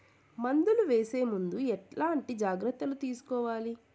మందులు వేసే ముందు ఎట్లాంటి జాగ్రత్తలు తీసుకోవాలి?